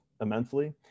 immensely